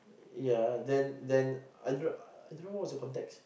ya then then I don't know I don't know what was the context